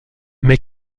mais